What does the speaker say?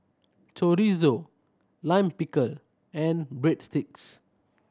Chorizo Lime Pickle and Breadsticks